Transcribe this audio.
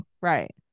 right